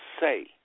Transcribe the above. say